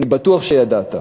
אני בטוח שידעת.